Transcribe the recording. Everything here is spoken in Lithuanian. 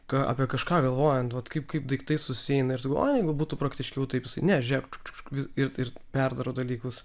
ką apie kažką galvojant vat kaip kaip daiktai susieina ir tu galvoji oi jeigu būtų praktiškiau taip jisai ne žiūrėk čiuk čiuk ir ir perdaro dalykus